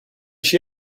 she